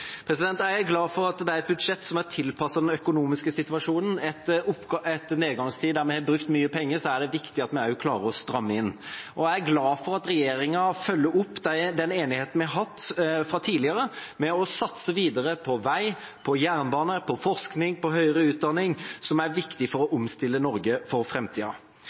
Jeg er glad for at dette er et budsjett som er tilpasset den økonomiske situasjonen. Etter en nedgangstid der vi har brukt masse penger, er det viktig at vi også klarer å stramme inn. Jeg er også glad for at regjeringa følger opp den enigheten vi har hatt fra tidligere, ved å satse videre på vei, på jernbane, på forskning, på høyere utdanning – som er viktig for å omstille Norge for